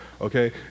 okay